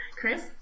Chris